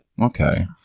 Okay